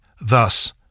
Thus